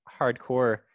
hardcore